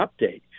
update